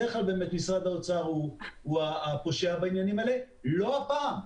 בדרך כלל באמת משרד האוצר הוא הפושע בעניינים האלה אבל לא הפעם.